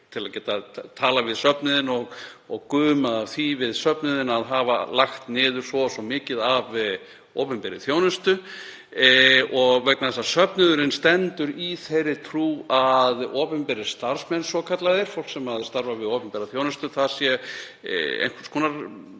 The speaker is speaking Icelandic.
til að geta talað við söfnuðinn og gumað af því við söfnuðinn að hafa lagt niður svo og svo mikið af opinberri þjónustu vegna þess að söfnuðurinn stendur í þeirri trú að opinberir starfsmenn svokallaðir, fólk sem starfar við opinbera þjónustu, séu einhvers konar